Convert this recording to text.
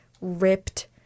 ripped